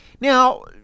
Now